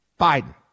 Biden